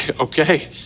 okay